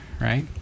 right